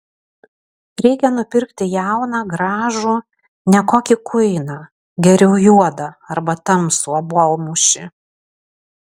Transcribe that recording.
reikia nupirkti jauną gražų ne kokį kuiną geriau juodą arba tamsų obuolmušį